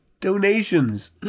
donations